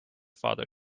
father